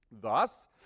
Thus